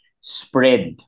spread